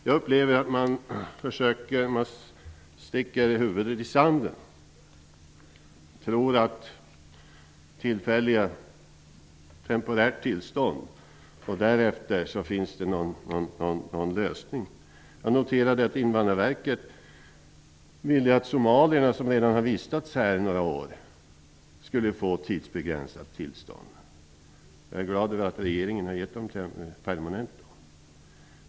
Jag upplever att det är att sticka huvudet i sanden att tro att det efter temporärt tillstånd skall finnas en lösning. Jag noterade att Invandrarverket ansåg att somalierna som redan har vistats här under några år skulle få tidsbegränsat uppehållstillstånd. Jag är glad över att regeringen har beviljat dem permanent tillstånd.